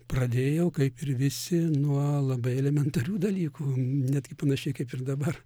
pradėjau kaip ir visi nuo labai elementarių dalykų net gi panašiai kaip ir dabar